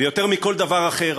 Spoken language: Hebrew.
ויותר מכל דבר אחר,